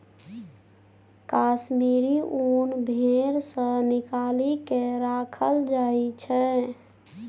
कश्मीरी ऊन भेड़ सँ निकालि केँ राखल जाइ छै